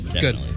good